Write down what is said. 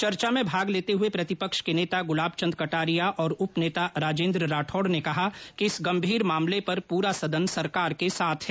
चर्चा में भाग लेते हुए प्रतिपक्ष के नेता गुलाब चंद कटारिया और उप नेता राजेंद्र राठौड़ ने कहा कि इस गंभीर मामले पर पूरा सदन सरकार के साथ है